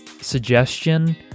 suggestion